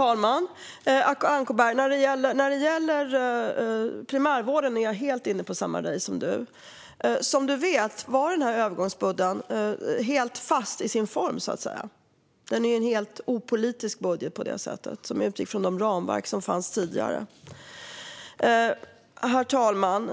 Herr talman! När det gäller primärvården är jag helt inne på samma linje som Acko Ankarberg. Som du vet, Acko Ankarberg, var denna övergångsbudget helt fast i sin form, så att säga. Det är på det sättet en helt opolitiskt budget, som utgick från de ramverk som fanns tidigare. Herr talman!